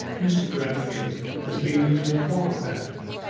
mr. gradfield has been in to inquire about me.